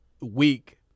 Week